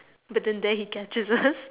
but then there he catches us